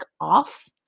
off